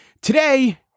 Today